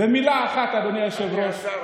ומילה אחת, אדוני היושב-ראש,